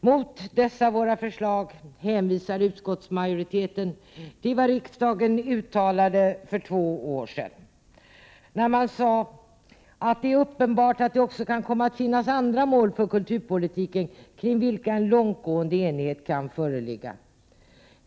Mot dessa våra förslag hänvisar utskottsmajoriteten till vad riksdagen uttalade för två år sedan, då man sade att det är uppenbart att det också kan komma att finnas andra mål för kulturpolitiken kring vilka en långtgående enighet kan föreligga.